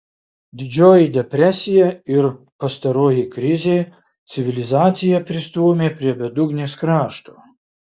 didžioji depresija ir pastaroji krizė civilizaciją pristūmė prie bedugnės krašto